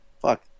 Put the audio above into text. Fuck